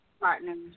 partners